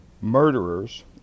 murderers